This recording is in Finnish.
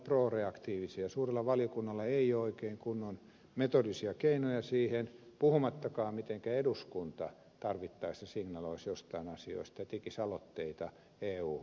suurella valiokunnalla ei ole oikein kunnon metodisia keinoja siihen puhumattakaan siitä mitenkä eduskunta tarvittaessa signaloisi joistain asioista ja tekisi aloitteita euhun päin